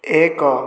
ଏକ